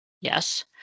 yes